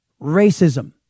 racism